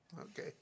Okay